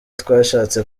twashatse